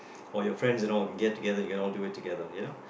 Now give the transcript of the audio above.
or your friends and all and get together and can all do it together you know